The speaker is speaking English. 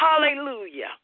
Hallelujah